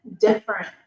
different